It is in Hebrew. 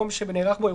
לא.